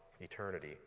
eternity